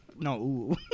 No